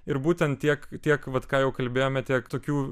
ir būtent tiek tiek vat ką jau kalbėjome tiek tokių